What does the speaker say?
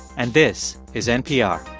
and this is npr